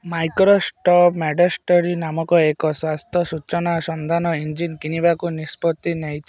Microsoft MedStory ନାମକ ଏକ ସ୍ୱାସ୍ଥ୍ୟ ସୂଚନା ସନ୍ଧାନ ଇଞ୍ଜିନ୍ କିଣିବାକୁ ନିଷ୍ପତ୍ତି ନେଇଛି